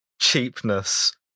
cheapness